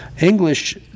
English